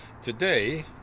Today